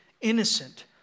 innocent